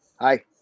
Hi